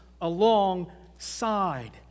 alongside